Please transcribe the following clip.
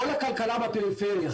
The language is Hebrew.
כל הכלכלה בפריפריה,